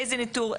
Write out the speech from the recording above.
איזה ניטור,